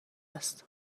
است